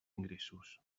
ingressos